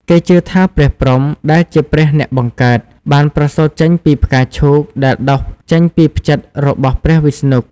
គេជឿថាព្រះព្រហ្ម ដែលជាព្រះអ្នកបង្កើត បានប្រសូតចេញពីផ្កាឈូកដែលដុះចេញពីផ្ចិតរបស់ព្រះវិស្ណុ។